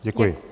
Děkuji.